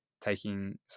taking